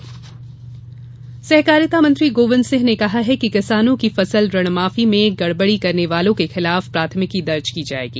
ऋणमाफी सहकारिता मंत्री गोविंद सिंह ने कहा है कि किसानों की फसल ऋणमाफी में गड़बडी करने वालों के खिलाफ प्राथमिकी दर्ज की जायेंगी